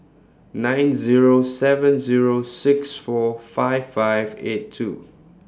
nine Zero seven Zero six four five five eight two